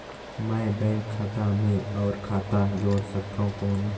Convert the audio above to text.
मैं बैंक खाता मे और खाता जोड़ सकथव कौन?